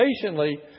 patiently